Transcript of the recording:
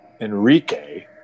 Enrique